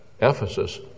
Ephesus